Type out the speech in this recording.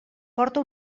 porta